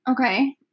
Okay